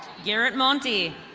yeret monty.